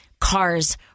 cars